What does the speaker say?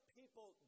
people